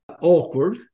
awkward